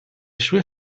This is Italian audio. sue